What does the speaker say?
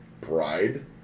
pride